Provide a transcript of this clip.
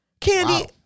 Candy